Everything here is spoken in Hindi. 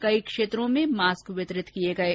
कई क्षेत्रों में मास्क वितरित किये गये